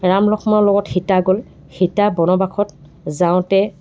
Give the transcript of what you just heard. ৰাম লক্ষ্মণৰ লগত সীতা গ'ল সীতা বনবাসত যাওঁতে